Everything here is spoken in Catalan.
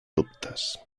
dubtes